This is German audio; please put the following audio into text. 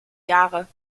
jahre